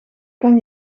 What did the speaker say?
kan